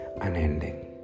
unending